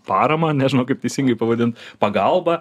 paramą nežinau kaip teisingai pavadint pagalbą